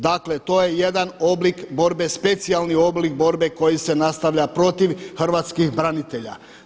Dakle, to je jedan oblik borbe, specijalni oblik borbe koji se nastavlja protiv hrvatskih branitelja.